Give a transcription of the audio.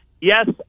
yes